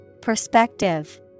Perspective